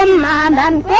man and